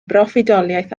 broffwydoliaeth